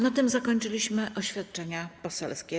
Na tym zakończyliśmy oświadczenia poselskie.